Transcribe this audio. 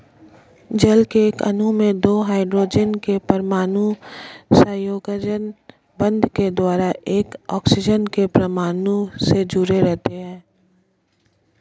जल के एक अणु में दो हाइड्रोजन के परमाणु सहसंयोजक बंध के द्वारा एक ऑक्सीजन के परमाणु से जुडे़ रहते हैं